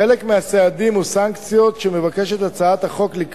חלק מהסעדים או הסנקציות שהצעת החוק מבקשת